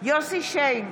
יוסף שיין,